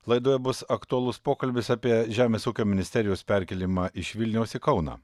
laidoje bus aktualus pokalbis apie žemės ūkio ministerijos perkėlimą iš vilniaus į kauną